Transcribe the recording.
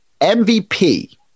MVP